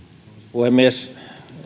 puhemies